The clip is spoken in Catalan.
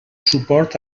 suport